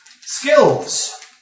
Skills